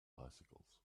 bicycles